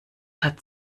hat